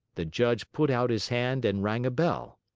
the judge put out his hand and rang a bell.